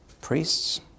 priests